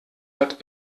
hat